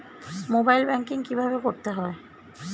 Mobile banking কীভাবে করতে হয়?